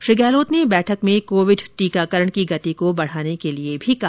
श्री गहलोत ने बैठक में कोविड टीकाकरण की गति को बढाने के लिए कहा